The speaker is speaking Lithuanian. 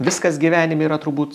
viskas gyvenime yra turbūt